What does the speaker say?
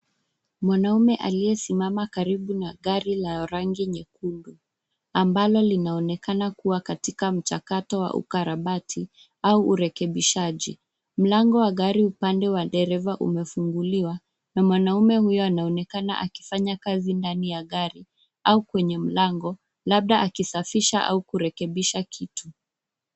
Mwanaume aliyesimama karibu na gari la rangi nyekundu, ambalo linaonekana kuwa katika mchakato wa ukarabati, au urekebishaji. Mlango wa gari upande wa dereva umefunguliwa, na mwanaume huyo anaonekana akifanya kazi ndani ya gari, au kwenye mlango, labda akisafisha au kurekebisha kitu.